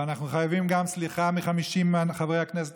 ואנחנו חייבים סליחה גם ל-50 חברי הכנסת